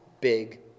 big